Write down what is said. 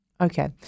Okay